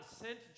sent